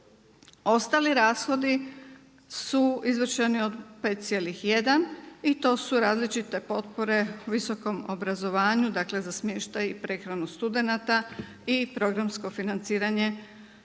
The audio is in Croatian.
Ostali rashodi su izvršeni od 5,1 i to su različite potpore u visokom obrazovanju za smještaj i prehranu studenata i programsko financiranje